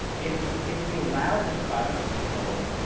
if if we allow this product to be sold,